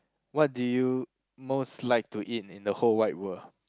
what do you most like to eat in the whole wide world